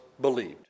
believed